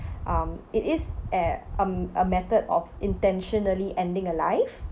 um it is a um a method of intentionally ending a life